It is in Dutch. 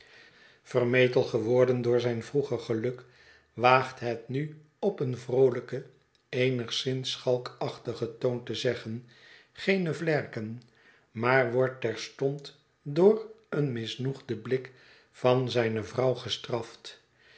vermetel geworden door zijn vroeger geluk waagt het nu op een vroohjken eenigszins schalkachtigen toon te zeggen geene vlerken maar wordt terstond door een misnoegden blik van zijne vrouw gestraft